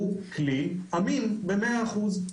הוא כלי אמין ב-100 אחוזים.